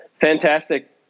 fantastic